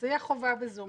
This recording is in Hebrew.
אז תהיה חובה ב"זום".